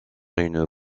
une